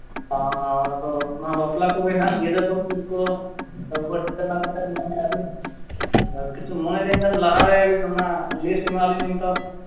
ᱟᱫᱚ ᱚᱱᱟ ᱵᱟᱯᱞᱟ ᱠᱚᱜᱮ ᱱᱟᱜ ᱚᱱᱟ ᱜᱤᱨᱟᱹ ᱠᱚᱜᱮ ᱠᱚ ᱟᱵᱚ ᱴᱷᱤᱠᱟᱹᱱᱟ ᱠᱟᱛᱮ ᱠᱤᱪᱷᱩ ᱢᱚᱬᱮ ᱫᱤᱱ ᱜᱟᱱ ᱞᱟᱦᱟ ᱨᱮ ᱟᱵᱤᱱ ᱚᱱᱟ ᱞᱤᱥᱴ ᱮᱢᱟᱣ ᱟᱹᱞᱤᱧ ᱵᱮᱱ ᱛᱚ